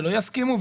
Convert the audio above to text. ולא יסכימו,